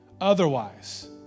otherwise